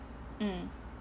mm